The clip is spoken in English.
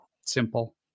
simple